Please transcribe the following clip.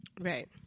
right